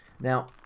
Now